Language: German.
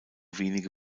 wenige